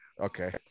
okay